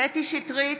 קטי קטרין שטרית,